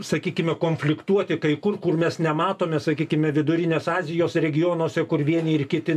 sakykime konfliktuoti kai kur kur mes nematome sakykime vidurinės azijos regionuose kur vieni ir kiti